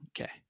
okay